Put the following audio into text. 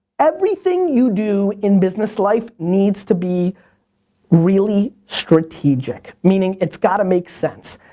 everything you do in business life needs to be really strategic, meaning it's gotta make sense.